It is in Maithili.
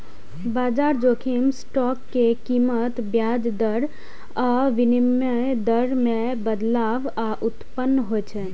बाजार जोखिम स्टॉक के कीमत, ब्याज दर आ विनिमय दर मे बदलाव सं उत्पन्न होइ छै